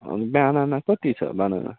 banana कति छ banana